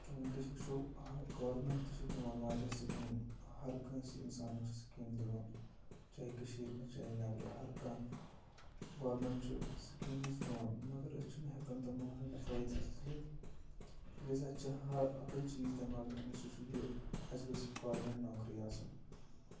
تہٕ وٕنۍکٮ۪س وٕچھو گورمٮ۪نٛٹ تہِ چھُ دِوان واریاہ سِکیٖم ہَرٕ کٲنٛسہِ اِنسانَس چھُ سِکیٖم دِوان چاہے کٔشیٖرِ منٛز چاہے نٮ۪برٕ ہَرٕ کانٛہہ گورمٮ۪نٛٹ چھُ سِکیٖمٕز دِوان مگر أسۍ چھِنہٕ ہٮ۪کان تِمون ہُنٛد فٲیدٕ تہٕ تُلِتھ تِکیٛازِ اَسہِ چھِ ہا اَکٕے چیٖز دٮ۪ماغَس منٛز سُہ چھُ یہِ اَسہِ گٔژھ گورمٮ۪نٛٹ نوکری آسٕنۍ